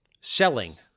Selling